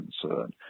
concern